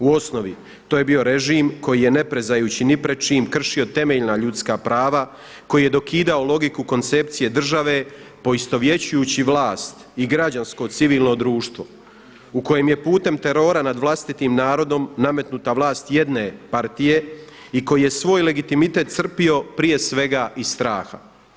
U osnovi to je bio režim koji je ne prezajući pred čim kršio temeljna ljudska prava, koji je dokidao logiku koncepcije države poistovjećujući vlast i građansko civilno društvo u kojem je putem terora nad vlastitim narodom nametnuta vlast jedne partije i koji je svoj legitimitet crpio prije svega iz straha.